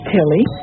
Tilly